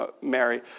Mary